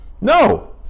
No